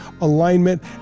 alignment